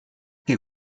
que